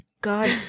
God